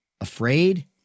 afraid